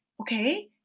okay